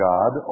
God